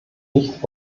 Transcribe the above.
nicht